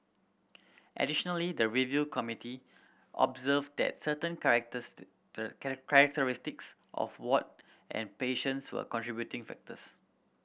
additionally the review committee observed that certain characteristic characteristics of ward and patients were contributing factors